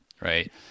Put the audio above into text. right